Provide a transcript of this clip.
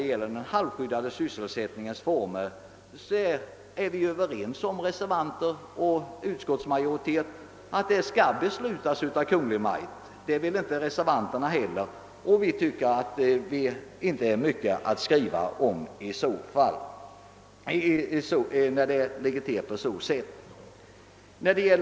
Utskottsmajoriteten och reservanterna är beträffande formerna för den halvskyddade sysselsättningen överens om att beslut skall fattas av Kungl. Maj:t. Vi som tillhör utskottsmajoriteten tycker därför att det inte finns någonting att skriva till Kungl. Maj:t om i denna fråga.